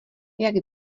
jak